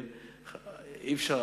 אי-אפשר,